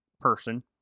person